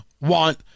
want